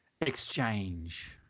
exchange